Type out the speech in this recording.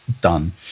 done